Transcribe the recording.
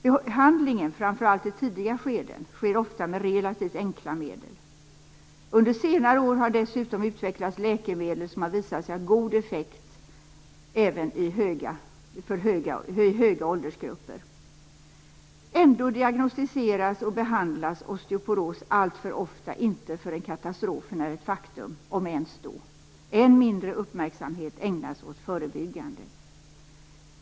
Behandlingen framför allt i tidiga skeden sker ofta med relativt enkla medel. Under senare år har det dessutom utvecklats läkemedel som har visat sig ha god effekt även för grupper med hög ålder. Ändå diagnostiseras och behandlas osteoporos alltför ofta inte förrän katastrofen är ett faktum, om ens då. Än mindre uppmärksamhet ägnas åt förebyggande.